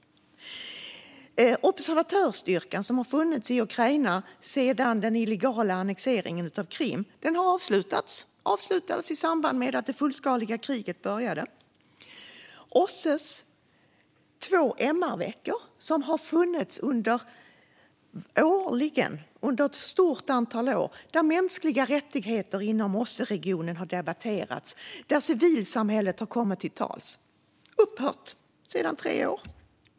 Observatörsstyrkan som har funnits i Ukraina sedan den illegala annekteringen av Krim har avvecklats. Den avvecklades i samband med att det fullskaliga kriget började. OSSE:s två MR-veckor, som har funnits årligen under ett stort antal år och där mänskliga rättigheter inom OSSE-regionen har debatterats och civilsamhället kommit till tals, har upphört sedan tre år.